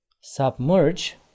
Submerge